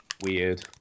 Weird